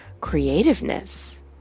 creativeness